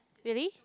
really